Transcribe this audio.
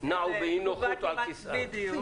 --- נעו באי נוחות על כיסאם.